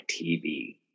TV